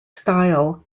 style